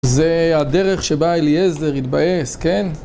זה הדרך שבה אליעזר התבאס, כן?